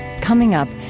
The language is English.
coming up,